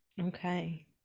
Okay